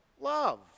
love